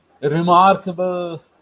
remarkable